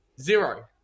Zero